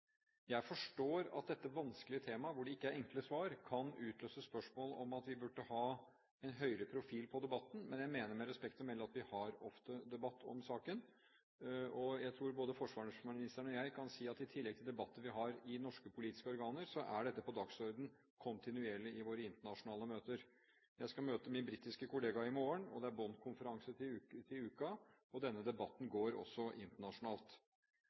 Jeg forstår at dette vanskelige temaet, hvor det ikke er enkle svar, kan utløse spørsmål om at vi burde ha en høyere profil på debatten, men jeg mener med respekt å melde at vi har ofte debatt om saken. Jeg tror både forsvarsministeren og jeg kan si at i tillegg til debatter vi har i norske politiske organer, er dette på dagsordenen kontinuerlig i våre internasjonale møter. Jeg skal møte min britiske kollega i morgen, og det er Bonn-konferanse til uken. Denne debatten går også internasjonalt.